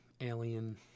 Alien